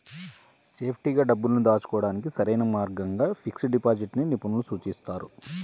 సేఫ్టీగా డబ్బుల్ని దాచుకోడానికి సరైన మార్గంగా ఫిక్స్డ్ డిపాజిట్ ని నిపుణులు సూచిస్తున్నారు